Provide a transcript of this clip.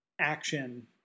action